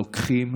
לוקחים